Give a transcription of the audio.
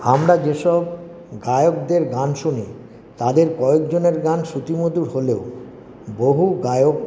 আমরা যেসব গায়কদের গান শুনি তাদের কয়েকজনের গান শ্রুতিমধুর হলেও বহু গায়ক